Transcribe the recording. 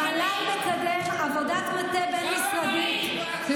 המל"ל מקדם עבודת מטה בין-משרדית, רמאית.